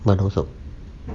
ma dong seok